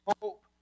hope